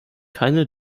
keine